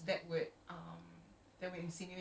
which the bracket in singapore